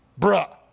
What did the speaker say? Bruh